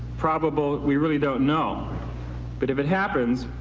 probable, we really don't know but if it happens,